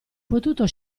potuto